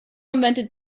invented